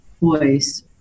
voice